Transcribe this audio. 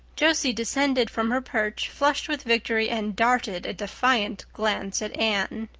josie descended from her perch, flushed with victory, and darted a defiant glance at anne.